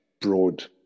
broad